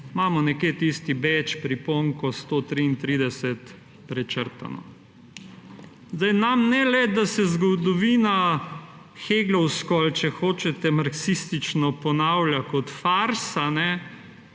imamo nekje tisto priponko 133 prečrtano. Zdaj nam, ne le, da se zgodovina heglovsko ali marksistično ponavlja kot farsa,